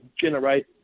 generate